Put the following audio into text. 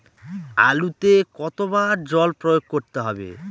আলুতে কতো বার জল প্রয়োগ করতে হবে?